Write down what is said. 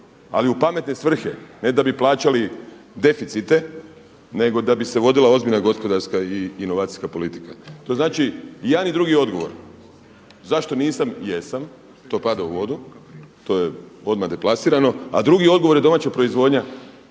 ali u pametne svrhe ne da bi plaćali deficite, nego da bi se vodila ozbiljna gospodarska i inovacijska politika. To znači i jedan i drugi odgovor. Zašto nisam? Jesam. To pada u vodu. To je odmah deplasirano. A drugi odgovor je domaća proizvodnja.